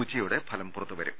ഉച്ചയോടെ ഫലം പുറത്തുവരും